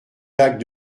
lac